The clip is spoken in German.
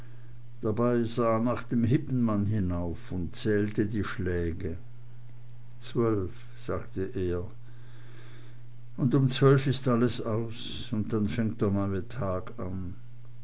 dabei sah er nach dem hippenmann hinauf und zählte die schläge zwölf sagte er und um zwölf ist alles aus und dann fängt der neue tag an